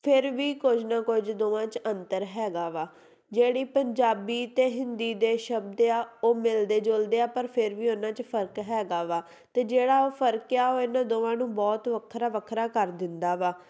ਫਿਰ ਵੀ ਕੁਝ ਨਾ ਕੁਝ ਦੋਵਾਂ 'ਚ ਅੰਤਰ ਹੈਗਾ ਵਾ ਜਿਹੜੀ ਪੰਜਾਬੀ ਅਤੇ ਹਿੰਦੀ ਦੇ ਸ਼ਬਦ ਆ ਉਹ ਮਿਲਦੇ ਜੁਲਦੇ ਆ ਪਰ ਫਿਰ ਵੀ ਉਹਨਾਂ 'ਚ ਫਰਕ ਹੈਗਾ ਵਾ ਅਤੇ ਜਿਹੜਾ ਉਹ ਫਰਕ ਆ ਉਹ ਇਹਨਾਂ ਦੋਵਾਂ ਨੂੰ ਬਹੁਤ ਵੱਖਰਾ ਵੱਖਰਾ ਕਰ ਦਿੰਦਾ ਵਾ